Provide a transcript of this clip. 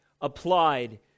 applied